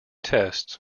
tests